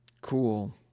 Cool